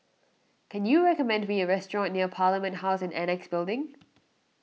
can you recommend me a restaurant near Parliament House and Annexe Building